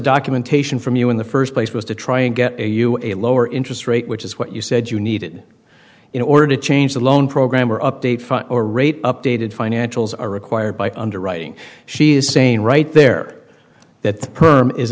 documentation from you in the first place was to try and get a you a lower interest rate which is what you said you needed in order to change the loan program or update fund or rate updated financials are required by underwriting she is saying right there that perm is